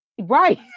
Right